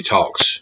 Talks